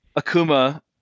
Akuma